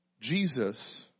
Jesus